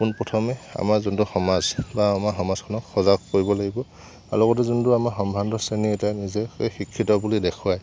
পোন প্ৰথমে আমাৰ যোনটো সমাজ বা আমাৰ সমজাখনক সজাগ কৰিব লাগিব আৰু লগতে যোনটো আমাৰ সম্ভ্ৰান্ত শ্ৰেণীৰ এতিয়া নিজে শিক্ষিত বুলি দেখুওৱাই